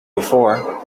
before